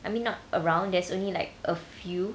I mean not around there's only like a few